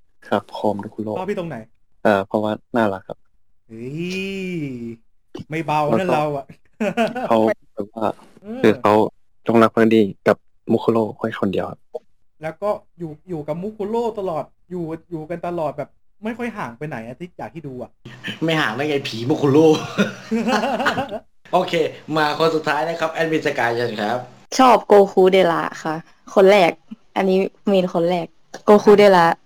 ครับ โครม โดคุโร่บอกพี่ตรงไหน?เอ่อ เพราะว่าน่ารักครับเฮ้ย ไม่เบานะเราอ่ะแล้วก็เขาไม่เบาอ่ะแบบว่าคือเขาจงรักภักดีกับมุคุโร่ไว้คนเดียวครับแล้วก็อยู่- อยู่กับมุคุโร่ตลอด อยู่- อยู่กันตลอดแบบไม่ค่อยห่างไปไหนอ่ะ ที่อยากที่ดูอ่ะไม่ห่างได้ไง ผีมุคุโร่ OK มาคนสุดท้ายนะครับ แอดมินสกาย เชิญครับชอบโกคุเดระค่ะ คนแรก อันนี้ main คนแรก โกคุเดระ